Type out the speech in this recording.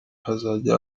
hazajya